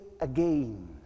again